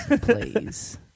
please